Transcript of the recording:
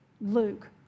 Luke